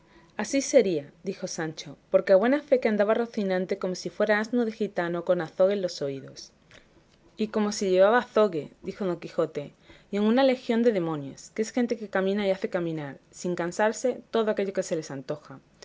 así sería dijo sancho porque a buena fe que andaba rocinante como si fuera asno de gitano con azogue en los oídos y cómo si llevaba azogue dijo don quijote y aun una legión de demonios que es gente que camina y hace caminar sin cansarse todo aquello que se les antoja